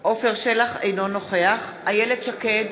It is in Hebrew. אינו נוכח איילת שקד,